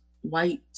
white